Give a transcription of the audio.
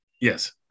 Yes